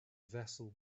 vessel